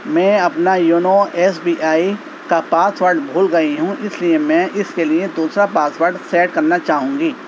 میں اپنا YONO S B I کا پاس ورڈ بھول گئی ہوں اس لیے میں اس کے لیے دوسرا پاس ورڈ سیٹ کرنا چاہوں گی